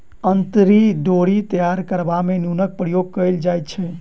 अंतरी डोरी तैयार करबा मे नूनक प्रयोग कयल जाइत छै